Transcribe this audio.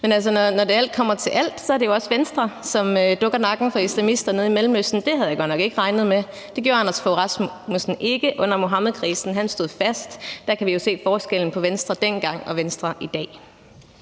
når alt kommer til alt, er det jo også Venstre, som dukker nakken for islamister nede i Mellemøsten. Det havde jeg godt nok ikke regnet med. Det gjorde Anders Fogh Rasmussen ikke under Muhammedkrisen; han stod fast. Der kan vi jo se forskellen på Venstre dengang og Venstre i dag.